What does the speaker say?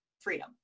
freedom